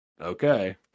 Okay